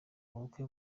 ubukwe